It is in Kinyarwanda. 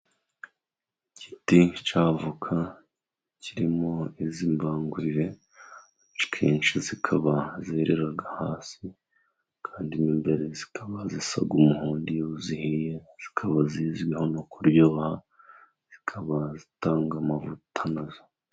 Igiti cya avoka kirimo iz'imbangurire, kenshi zikaba zerera hasi kandi imbere zikaba zisa n' umuhondo iyo zihiye, zikaba zizwiho no kuryoha, zikaba zitanga amavuta nazo.